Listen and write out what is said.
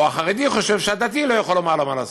או החרדי חושב שהדתי לא יכול לומר לו מה לעשות.